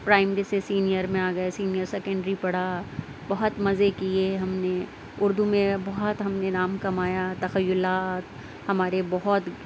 primary سے senior میں آ گئے سینئر سیکنڈری پڑھا بہت مزے کئے ہم نے اردو میں بہت ہم نے نام کمایا تخیلات ہمارے بہت